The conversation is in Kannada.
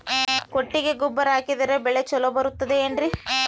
ಕೊಟ್ಟಿಗೆ ಗೊಬ್ಬರ ಹಾಕಿದರೆ ಬೆಳೆ ಚೊಲೊ ಬರುತ್ತದೆ ಏನ್ರಿ?